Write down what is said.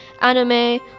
anime